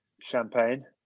Champagne